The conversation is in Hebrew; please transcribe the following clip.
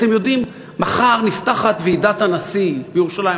אתם יודעים, מחר נפתחת ועידת הנשיא בירושלים.